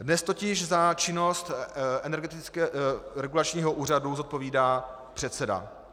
Dnes totiž za činnost Energetického regulačního úřadu zodpovídá předseda.